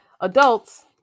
adults